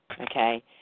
okay